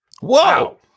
Whoa